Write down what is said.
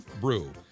brew